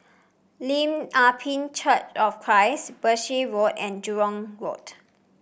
Lim Ah Pin Church of Christ Berkshire Road and Jurong Road